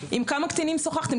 עם כמה קטינים שוחחתם?